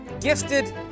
gifted